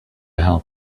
help